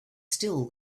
still